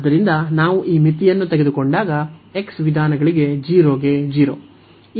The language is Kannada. ಆದ್ದರಿಂದ ನಾವು ಈ ಮಿತಿಯನ್ನು ತೆಗೆದುಕೊಂಡಾಗ x ವಿಧಾನಗಳಿಗೆ 0 ಗೆ 0